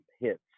hits